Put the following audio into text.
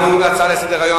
אין שום בעיה.